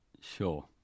sure